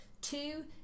two